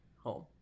home